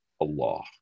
Allah